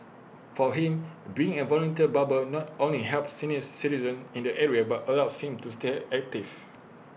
for him being A volunteer barber not only helps senior citizens in the area but allows him to stay active